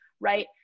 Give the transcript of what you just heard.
right